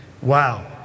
Wow